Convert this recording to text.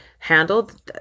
handled